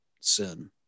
sin